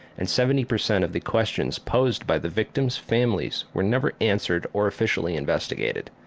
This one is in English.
and seventy percent of the questions posed by the victim's families were never answered or officially investigated.